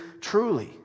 truly